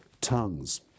tongues